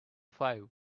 five